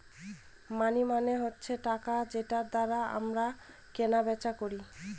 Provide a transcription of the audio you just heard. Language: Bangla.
মানি মানে হচ্ছে টাকা যেটার দ্বারা আমরা কেনা বেচা করি